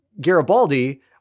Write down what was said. Garibaldi